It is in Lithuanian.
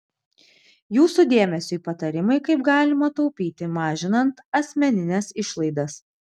jūsų dėmesiui patarimai kaip galima taupyti mažinant asmenines išlaidas